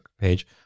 page